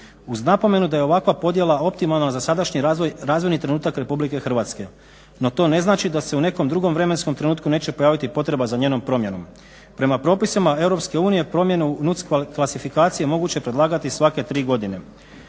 Uz napomenu da je ovakva podjela optimalna za sadašnji razvojni trenutak RH. No, to ne znači da se u nekom drugom vremenskom trenutku neće pojaviti potreba za njenom promjenom. Prema propisima EU promjenu NUCS kvalifikacije moguće je predlagati svake 3 godine.